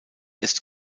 ist